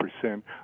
percent